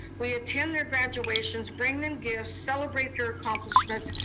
we attend their graduations, bring them gifts, celebrate their accomplishments,